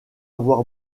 avoir